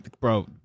bro